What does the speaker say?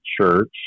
church